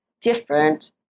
different